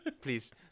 Please